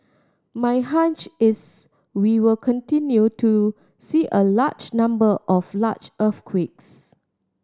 my hunch is we will continue to see a large number of large earthquakes